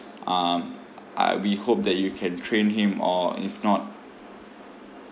um uh we hope that you can train him or if not